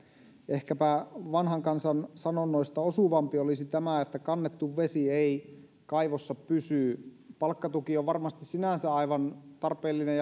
ehkäpä vanhan kansan sanonnoista osuvampi olisi tämä että kannettu vesi ei kaivossa pysy palkkatuki on varmasti sinänsä aivan tarpeellinen